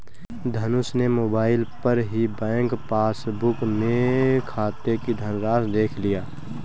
धनुष ने मोबाइल पर ही बैंक पासबुक में खाते की धनराशि देख लिया